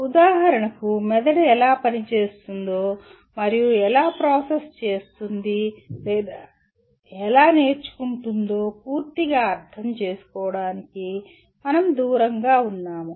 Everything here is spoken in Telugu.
ఉదాహరణకు మెదడు ఎలా పనిచేస్తుందో మరియు ఎలా ప్రాసెస్ చేస్తుంది లేదా ఎలా నేర్చుకుంటుందో పూర్తిగా అర్థం చేసుకోవడానికి మనం దూరంగా ఉన్నాము